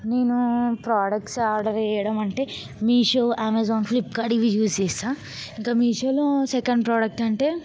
నేను products order చేయడమంటే Meesho Amazon Flipkart ఇవి యూస్ చేస్తాను ఇంక మీషోలో సెకండ్ ప్రొడక్ట్ అంటే